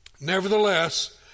Nevertheless